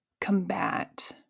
combat